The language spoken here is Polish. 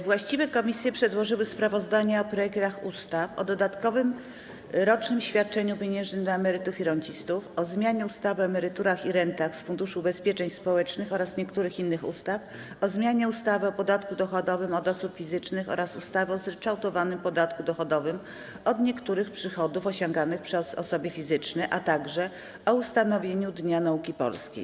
Właściwe komisje przedłożyły sprawozdania o projektach ustaw: - o dodatkowym rocznym świadczeniu pieniężnym dla emerytów i rencistów, - o zmianie ustawy o emeryturach i rentach z Funduszu Ubezpieczeń Społecznych oraz niektórych innych ustaw, - o zmianie ustawy o podatku dochodowym od osób fizycznych oraz ustawy o zryczałtowanym podatku dochodowym od niektórych przychodów osiąganych przez osoby fizyczne, - o ustanowieniu Dnia Nauki Polskiej.